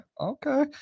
Okay